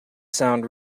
sound